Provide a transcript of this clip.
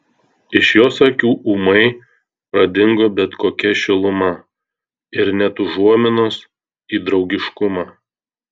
iš jos akių ūmai pradingo bet kokia šiluma ir net užuominos į draugiškumą